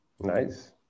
Nice